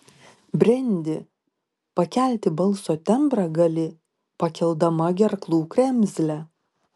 brendi pakelti balso tembrą gali pakeldama gerklų kremzlę